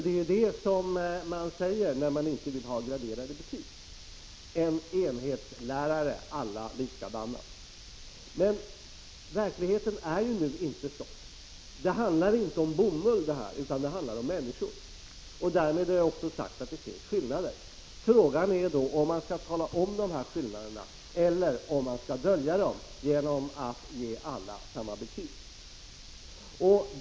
Det är ju dettä som blir resultatet när socialdemokraterna inte vill ha graderade betyg —- en enhetslärare, alla likadana. Men verkligheten är nu inte sådan. Det handlar inte om bomull, utan om människor. Därmed har jag också sagt att det finns skillnader. Frågan är om man skall tala om dessa skillnader eller om man skall dölja dem genom att ge alla samma betyg.